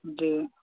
जी